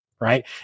right